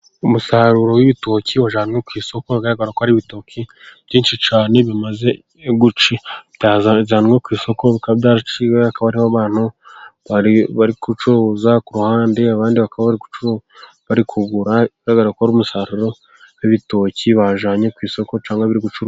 Umusaruro w'ibitoki wajyanywe ku isoko ugaragara ko ari ibitoki byinshi cyane bimaze kujyanwa ku isoko bikaba byaraciwe akaba ari abantu bari gucuruza ku ruhande , abandi bakaba bari kugurakora umusaruro w'ibitoki bajyanye ku isoko cyangwa ibicuruzwa.